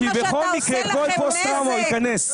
אתה עושה לכם נזק.